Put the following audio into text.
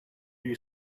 you